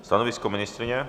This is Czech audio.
Stanovisko ministryně?